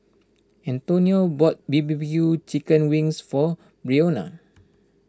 Antonio bought B B Q Chicken Wings for Breonna